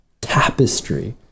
tapestry